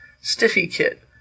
stiffy-kit